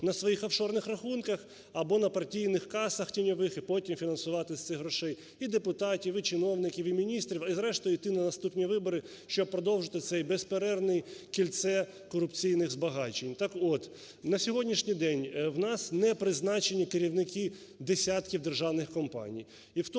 на своїх офшорних рахунках або на партійних касах тіньових і потім фінансувати з цих грошей і депутатів, і чиновників, і міністрів, і зрештою йти на наступні вибори, щоб продовжити це безперервне кільце корупційних збагачень. Так от, на сьогоднішній день в нас не призначені керівники десятків державних компаній